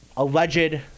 Alleged